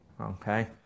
Okay